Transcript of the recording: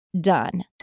done